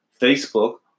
Facebook